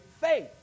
faith